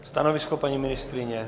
Stanovisko paní ministryně?